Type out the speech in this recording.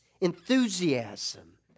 enthusiasm